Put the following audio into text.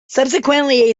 subsequently